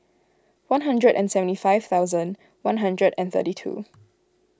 one hundred and seventy five thousand one hundred and thirty two